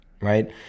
right